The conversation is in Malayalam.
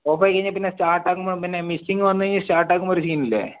ഓഫായി കഴിഞ്ഞാൽ പിന്നെ സ്റ്റാർട്ടാക്കുമ്പോൾ പിന്നെ മിസ്സിംഗ് വന്നു കഴിഞ്ഞാൽ സ്റ്റാർട്ട് ആകുമ്പോൾ ഒരു സീനില്ലേ